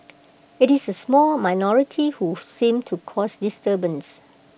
IT is A small minority who seem to cause disturbance